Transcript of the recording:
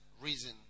reason